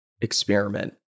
experiment